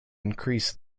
increase